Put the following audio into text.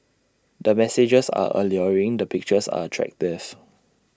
the messages are alluring the pictures are attractive